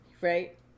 right